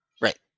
Right